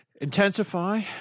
Intensify